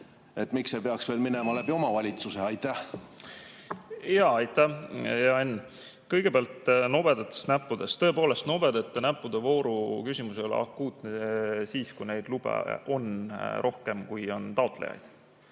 Miks see peaks veel minema läbi omavalitsuse? Aitäh, hea Henn! Kõigepealt nobedatest näppudest. Tõepoolest, nobedate näppude vooru küsimus ei ole akuutne siis, kui lube on rohkem, kui on taotlejaid.